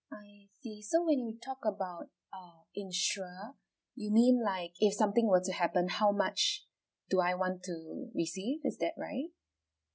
I see so when you talk about uh insure you mean like if something were to happen how much do I want to receive is that right